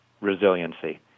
resiliency